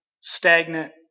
stagnant